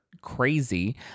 crazy